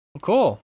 Cool